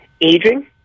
Aging